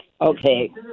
Okay